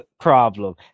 problem